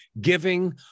giving